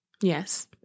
Yes